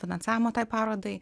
finansavimo tai parodai